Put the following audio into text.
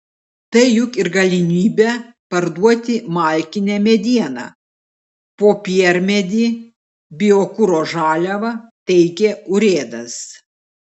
tai juk ir galimybė parduoti malkinę medieną popiermedį biokuro žaliavą teigė urėdas